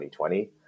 2020